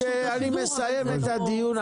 אז אני מסיים את הדיון,